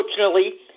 unfortunately